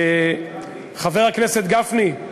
חבר הכנסת גפני,